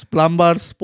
Plumbers